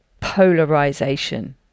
polarization